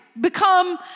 become